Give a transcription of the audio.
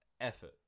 effort